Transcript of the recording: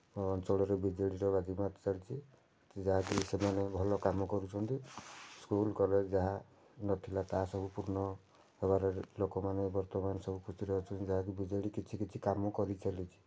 ଅଞ୍ଚଳରେ ବିଜେଡ଼ିର ବାଜିମାତ୍ ଚାଲିଛି ଯାହା କି ସେମାନେ ଭଲ କାମ କରୁଛନ୍ତି ସ୍କୁଲ କଲେଜ ଯାହା ନଥିଲା ତାହା ସବୁ ପୂର୍ଣ୍ଣ ହେବାରେ ଲୋକମାନେ ବର୍ତ୍ତମାନ ସବୁ ଖୁସିରେ ଅଛନ୍ତି ଯାହା କି ବିଜେଡ଼ି କିଛି କିଛି କାମ କରି ଚାଲିଛି